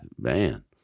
Man